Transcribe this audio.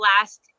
Last